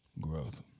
growth